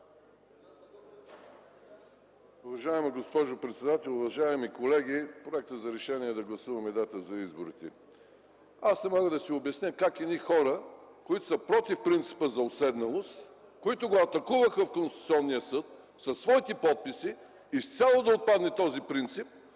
Уважаема госпожо председател, уважаеми колеги, проекта за решение е да гласуваме дата за изборите. Аз не мога да си обясня как едни хора, които са против принципа за уседналост – атакуваха го в Конституционния съд със своите подписи изцяло да отпадне този принцип,